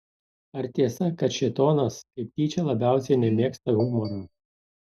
ar tiesa kad šėtonas kaip tyčia labiausiai nemėgsta humoro